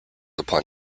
upon